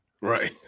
Right